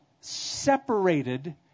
separated